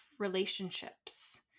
Relationships